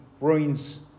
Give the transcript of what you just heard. ruins